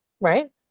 right